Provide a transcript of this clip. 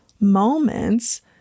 moments